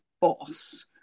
boss